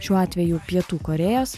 šiuo atveju pietų korėjos